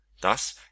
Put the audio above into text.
Thus